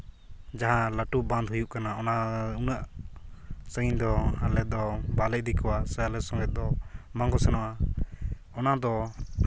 ᱡᱟᱦᱟᱸ ᱞᱟᱹᱴᱩ ᱵᱟᱸᱫᱷ ᱦᱩᱭᱩᱜ ᱠᱟᱱᱟ ᱚᱱᱟ ᱩᱱᱟᱹᱜ ᱥᱟᱺᱜᱤᱧ ᱫᱚ ᱟᱞᱮ ᱫᱚ ᱵᱟᱞᱮ ᱤᱫᱤ ᱠᱚᱣᱟ ᱥᱮ ᱟᱞᱮ ᱥᱚᱝᱮ ᱫᱚ ᱵᱟᱝᱠᱚ ᱥᱮᱱᱚᱜᱼᱟ ᱚᱱᱟᱫᱚ